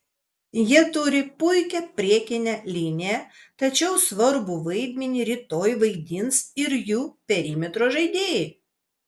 jie turi puikią priekinę liniją tačiau svarbų vaidmenį rytoj vaidins ir jų perimetro žaidėjai